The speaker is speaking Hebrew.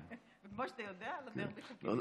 כמו שאתה יודע, לדרבי חוקים משלו.